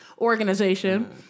organization